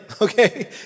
okay